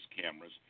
cameras